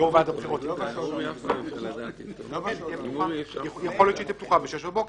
יו"ר ועדת הבחירות --- יכול להיות שהיא תהיה פתוחה ב-06:00 בבוקר.